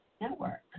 network